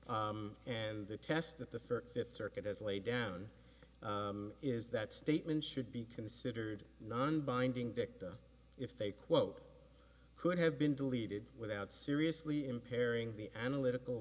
four and the test that the first fifth circuit has laid down is that statement should be considered non binding dicta if they quote could have been deleted without seriously impairing the analytical